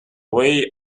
way